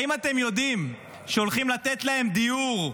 האם אתם יודעים שהולכים לתת להם דיור,